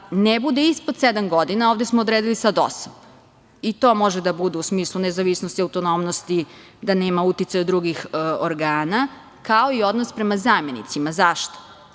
ne bude ispod sedam godina, a ovde smo odredili sad osam, i to može da bude u smislu nezavisnosti autonomnosti, da nema uticaja drugih organa, kao i odnos prema zamenicima.Zašto?